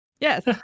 Yes